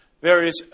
Various